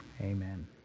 amen